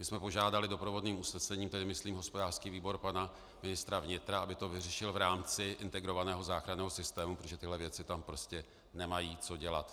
My jsme požádali doprovodným usnesením, tedy myslím hospodářský výbor, pana ministra vnitra, aby to vyřešil v rámci integrovaného záchranného systému, protože tyhle věci tam prostě nemají co dělat.